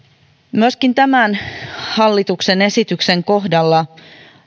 myöskin tämän hallituksen esityksen kohdalla